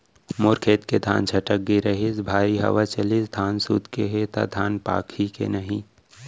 मोर खेत के धान छटक गे रहीस, भारी हवा चलिस, धान सूत गे हे, त धान पाकही के नहीं?